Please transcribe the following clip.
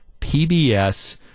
PBS